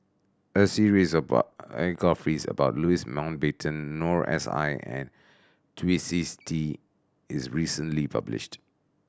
a series of biographies about Louis Mountbatten Noor S I and Twisstii is recently published